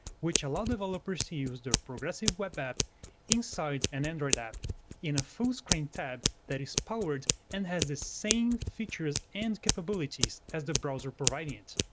which allow developers to use their progressive web app inside an android app in a fullscreen tab that is powered and has the same features and capabilities as the browser providing it.